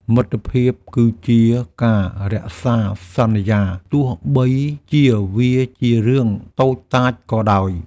មិត្តភាពគឺជាការរក្សាសន្យាទោះបីជាវាជារឿងតូចតាចក៏ដោយ។